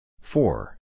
Four